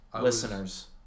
listeners